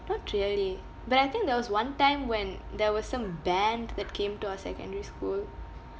not really but I think there was one time when there was some band that came to our secondary school